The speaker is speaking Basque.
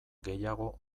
gehiago